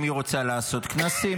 אם היא רוצה לעשות כנסים,